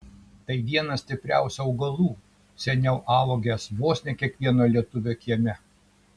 tai vienas stipriausių augalų seniau augęs vos ne kiekvieno lietuvio kieme